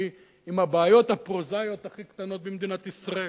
עם הבעיות הפרוזאיות הכי קטנות במדינת ישראל.